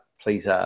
please